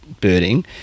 birding